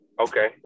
Okay